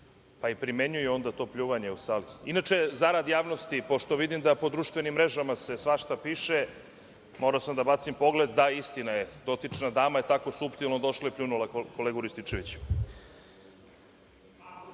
pa i primenjuju onda to pljuvanje u sali. Inače, zarad javnosti, pošto vidim da po društvenim mrežama se svašta piše, morao sam da bacim pogled, da, istina je, dotična dama je tako suptilno došla i pljunula kolegu Rističevića.(Balša